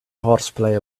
horseplay